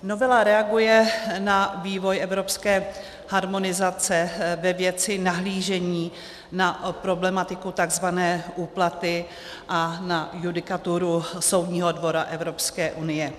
Novela reaguje na vývoj evropské harmonizace ve věci nahlížení na problematiku tzv. úplaty a na judikaturu Soudního dvora Evropské unie.